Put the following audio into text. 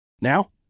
Now